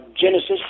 Genesis